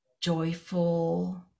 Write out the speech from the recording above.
joyful